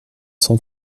cent